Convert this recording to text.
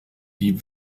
die